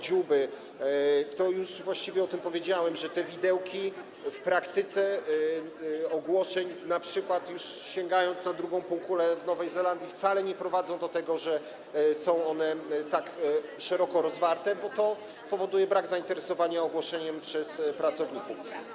Dziuby, to już właściwie o tym powiedziałem, że te widełki w praktyce ogłoszeń, np. gdy sięgniemy na drugą półkulę, czyli w Nowej Zelandii, wcale nie prowadzą do tego, że są one tak szeroko rozwarte, bo to powoduje brak zainteresowania ogłoszeniem przez pracowników.